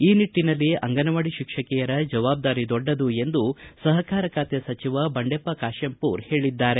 ಈ ನಿಟ್ಟನಲ್ಲಿ ಅಂಗನವಾಡಿ ಶಿಕ್ಷಕಿಯರ ಜವಾಬ್ದಾರಿ ದೊಡ್ಡದು ಎಂದು ಸಹಕಾರ ಖಾತೆ ಸಚಿವರಾದ ಬಂಡೆಪ್ಪ ಬಾಶೆಂಪೂರ ಹೇಳಿದ್ದಾರೆ